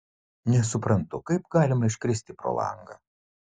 nesuprantu kaip galima iškristi pro langą